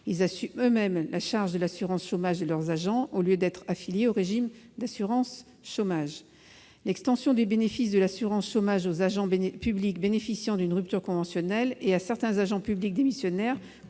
ils assument eux-mêmes la charge de l'assurance chômage de leurs agents au lieu d'être affiliés au régime d'assurance chômage. L'extension du bénéfice de l'assurance chômage aux agents publics bénéficiant d'une rupture conventionnelle et à certains agents publics démissionnaires